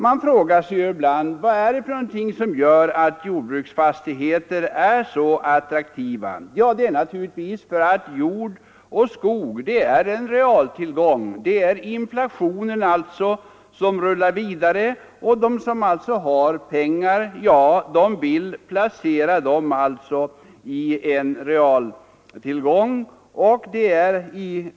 Man frågar sig ibland vad det är som gör att jordbruksfastigheter är så attraktiva, och det är naturligtvis för att jord och skog är en realtillgång. Inflationen rullar vidare och de som har pengar vill placera dem i en realtillgång.